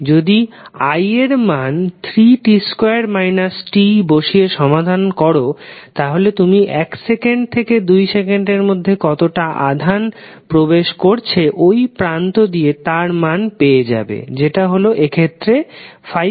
যদি তুমি I এর মান 3t2 t বসিয়ে সমাধান কর তাহলে তুমি 1 সেকেন্ড থেকে 2 সেকেন্ডের মধ্যে কতটা আধান প্রবেশ করছে ঐ প্রান্ত দিয়ে তার মান পেয়ে যাবে যেটা হল এক্ষেত্রে 55 কুলম্ব